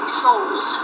souls